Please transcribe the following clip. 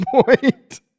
point